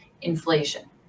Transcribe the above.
inflation